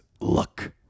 luck